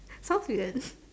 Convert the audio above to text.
sounds weird